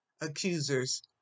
accusers